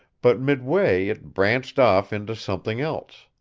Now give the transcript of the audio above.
but midway it branched off into something else.